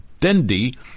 Dendi